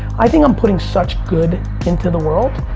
i think i'm putting such good into the world.